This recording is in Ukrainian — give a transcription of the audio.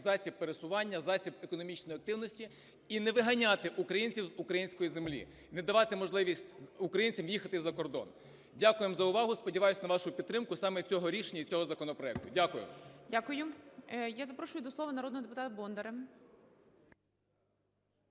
засіб пересування, засіб економічної активності, і не виганяти українців з української землі, не давати можливість українцям їхати за кордон. Дякуємо за увагу. Сподіваюсь на вашу підтримку саме цього рішення і цього законопроекту. Дякую ГОЛОВУЮЧИЙ. Дякую. Я запрошу до слова народного депутата Бондаря.